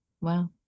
Wow